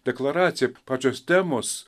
deklaracija pačios temos